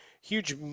huge